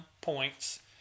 points